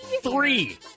Three